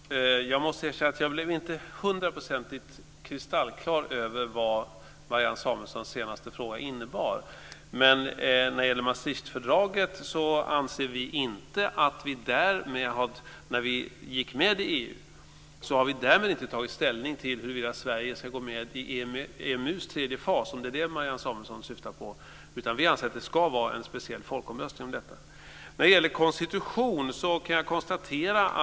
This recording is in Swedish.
Fru talman! Jag måste erkänna att jag inte blev hundraprocentigt kristallklar över vad Marianne Samuelssons senaste fråga innebar. När det gäller Maastrichtfördraget anser vi inte att när vi gick med i EU att vi därmed tog ställning till huruvida vi ska gå med i EMU:s tredje fas - om det är det Marianne Samuelsson syftar på. Vi anser att det ska vara en speciell folkomröstning om detta. Sedan var det frågan om konstitution.